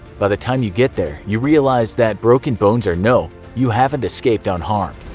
by the time you get there, you realize that, broken bones or no, you haven't escaped unharmed.